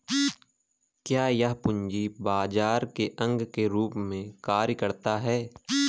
क्या यह पूंजी बाजार के अंग के रूप में कार्य करता है?